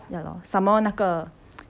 ya lor some more 那个